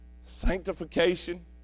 sanctification